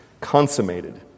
consummated